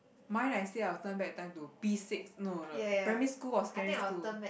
mine I say I will turn back time to P-six no no primary school or secondary school